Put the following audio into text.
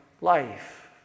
life